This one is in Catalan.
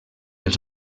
els